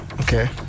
Okay